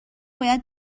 باید